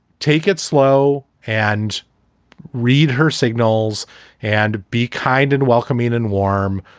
take it slow and read her signals and be kind and welcoming and warm.